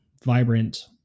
vibrant